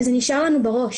וזה נשאר לנו בראש